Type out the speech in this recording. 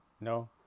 No